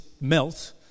melt